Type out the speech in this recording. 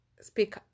speak